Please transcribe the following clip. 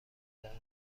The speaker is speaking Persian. درمان